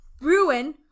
ruin